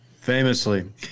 famously